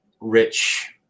rich